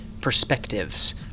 perspectives